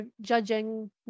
judging